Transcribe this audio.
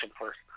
first